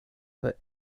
put